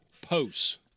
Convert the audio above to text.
posts